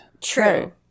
True